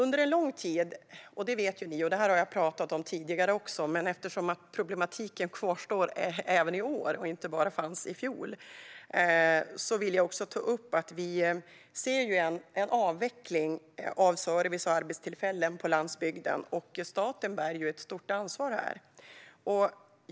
Ni vet detta, och jag har talat om detta tidigare, men eftersom problematiken inte bara fanns i fjol utan kvarstår även i år vill jag också ta upp att vi ser en avveckling av service och arbetstillfällen på landsbygden. Staten bär ett stort ansvar här.